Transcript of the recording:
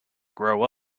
grow